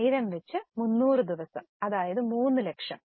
1000 വച്ച് 300 ദിവസം അതായത് 3 ലക്ഷം